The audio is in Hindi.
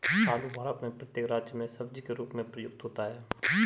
आलू भारत में प्रत्येक राज्य में सब्जी के रूप में प्रयुक्त होता है